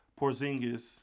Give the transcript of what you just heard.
Porzingis